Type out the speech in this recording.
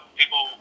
people